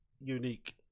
Unique